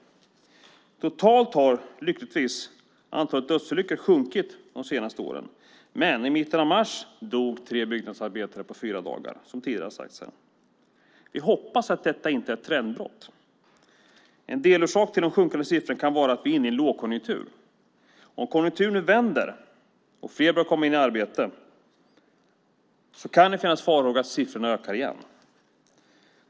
Totalt har lyckligtvis antalet dödsolyckor sjunkit under de senaste åren, men i mitten av mars dog tre byggnadsarbetare på fyra dagar, som sagts här tidigare. Vi hoppas att detta inte är ett trendbrott. En delorsak till de sjunkande siffrorna kan vara att vi är inne i en lågkonjunktur. Om konjunkturen nu vänder och fler börjar komma i arbete kan det finnas farhågor för att siffrorna ökar igen.